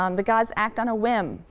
um the gods act on a whim.